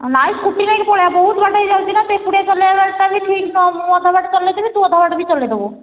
ନାଇଁ ସ୍କୁଟି ନେଇକି ପଳାଇବା ବହୁତ ବାଟ ହୋଇଯାଉଛି ନା ତୁ ଏକୁଟିଆ ଚଲେଇବାଟା ବି ଠିକ୍ ନୁହଁ ମୁଁ ଅଧା ବାଟ ଚଲାଇଦେବି ତୁ ଅଧା ବାଟ ବି ଚଲାଇଦେବୁ